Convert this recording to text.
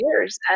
years